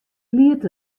liet